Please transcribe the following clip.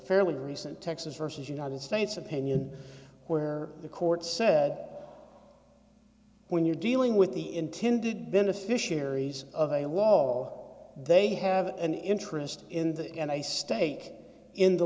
fairly recent texas versus united states opinion where the court said when you're dealing with the intended beneficiaries of a law they have an interest in that and a stake in the